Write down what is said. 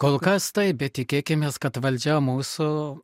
kol kas taip bet tikėkimės kad valdžia mūsų